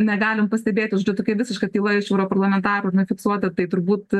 negalim pastebėti žodžiu tokia visiška tyla iš europarlamentarų na fiksuota tai turbūt